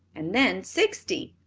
and then sixty.